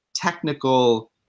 technical